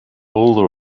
all